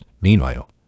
Meanwhile